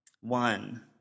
One